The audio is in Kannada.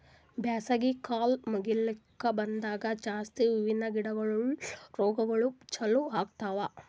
ಬ್ಯಾಸಗಿ ಕಾಲ್ ಮುಗಿಲುಕ್ ಬಂದಂಗ್ ಜಾಸ್ತಿ ಹೂವಿಂದ ಗಿಡಗೊಳ್ದು ರೋಗಗೊಳ್ ಚಾಲೂ ಆತವ್